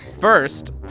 first